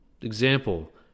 example